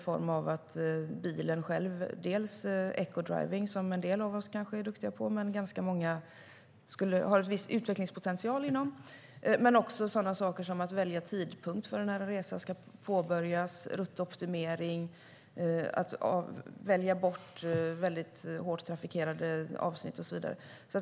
Det handlar om ecodriving, som en del av oss kanske är duktiga på men som ganska många har en viss utvecklingspotential inom. Det handlar om att välja tidpunkt för när en resa ska påbörjas, ruttoptimering, att välja bort väldigt hårt trafikerade avsnitt och så vidare.